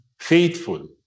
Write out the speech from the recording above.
Faithful